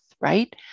right